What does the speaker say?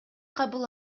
кабыл